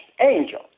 angel